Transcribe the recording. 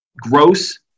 gross